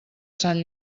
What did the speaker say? sant